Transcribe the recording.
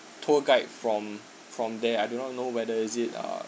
tour guide from from there I do not know whether is it uh